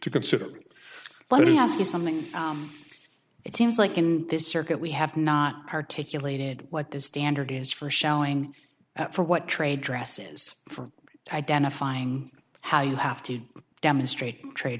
to consider but he ask you something it seems like in this circuit we have not articulated what the standard is for showing that for what trade dresses for identifying how you have to demonstrate tra